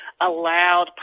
allowed